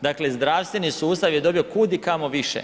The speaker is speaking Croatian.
Dakle zdravstveni sustav je dobio kudikamo više.